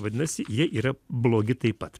vadinasi jie yra blogi taip pat